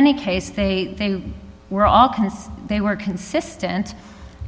any case they were all kinds they were consistent